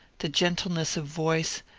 the gentleness of voice,